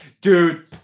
Dude